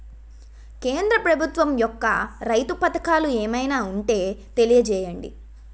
కేంద్ర ప్రభుత్వం యెక్క రైతు పథకాలు ఏమైనా ఉంటే తెలియజేయండి?